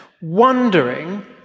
wondering